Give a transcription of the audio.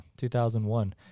2001